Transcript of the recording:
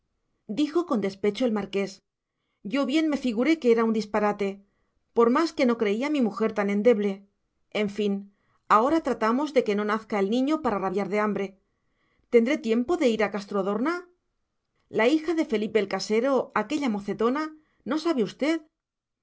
eso dijo con despecho el marqués yo bien me figuré que era un disparate por más que no creí a mi mujer tan endeble en fin ahora tratamos de que no nazca el niño para rabiar de hambre tendré tiempo de ir a castrodorna la hija de felipe el casero aquella mocetona no sabe usted